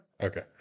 Okay